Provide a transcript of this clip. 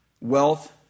wealth